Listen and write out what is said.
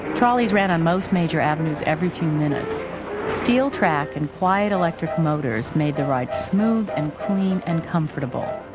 trolleys ran on most major avenues every few minutes steel track and wide electric motors made the ride smooth and clean and comfortable.